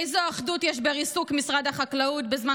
איזו אחדות יש בריסוק משרד החקלאות בזמן